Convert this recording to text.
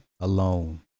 alone